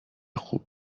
خوب